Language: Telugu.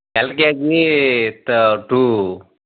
ఎల్కెజీ త టూ